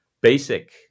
basic